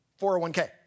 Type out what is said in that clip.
401k